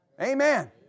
Amen